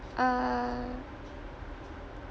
uh